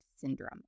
syndrome